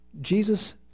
Jesus